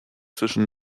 zwischen